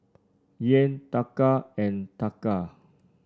Yen Taka and Taka